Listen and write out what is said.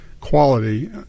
quality